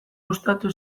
gustatu